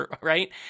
right